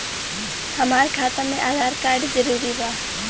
हमार खाता में आधार कार्ड जरूरी बा?